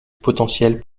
potentiel